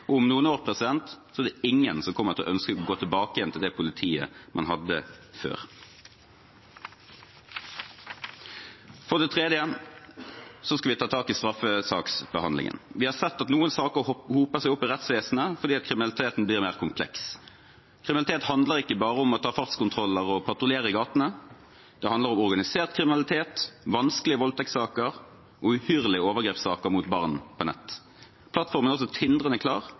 og om noen år er det ingen som kommer til å ønske å gå tilbake igjen til det politiet man hadde før. For det tredje skal vi ta tak i straffesaksbehandlingen. Vi har sett at noen saker hoper seg opp i rettsvesenet fordi kriminaliteten blir mer kompleks. Kriminalitet handler ikke bare om å ta fartskontroller og patruljere i gatene; det handler også om organisert kriminalitet, vanskelige voldtektssaker og uhyrlige overgrepssaker mot barn på nett. Plattformen er også tindrende klar